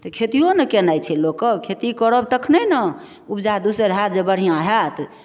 तऽ खेतियो ने केनाइ छै लोक कऽ खेती करब तखने ने ऊपजा दोसर होयत जे बढ़िआँ होयत